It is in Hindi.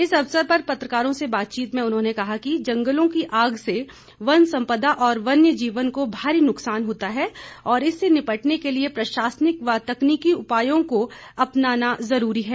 इस अवसर पर पत्रकारों से बातचीत में उन्होंने कहा कि जंगलों की आग से वन सम्पदा और वन्य जीवन को भारी नुकसान होता है और इससे निपटने के लिए प्रशासनिक व तकनीकी उपायों को अपनाना जरूरी है